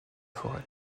forêt